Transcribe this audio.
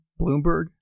Bloomberg